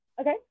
okay